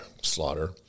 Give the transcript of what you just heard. slaughter